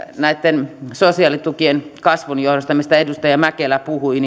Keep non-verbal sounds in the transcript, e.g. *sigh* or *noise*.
näitten sosiaalitukien kasvun johdosta mistä edustaja mäkelä puhui *unintelligible*